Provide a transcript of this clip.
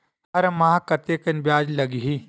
हर माह कतेकन ब्याज लगही?